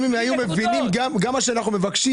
אם הם היו מבינים מה שאנחנו מבקשים,